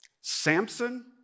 Samson